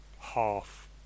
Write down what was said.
half